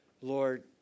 Lord